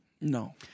No